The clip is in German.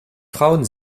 frauen